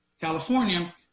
California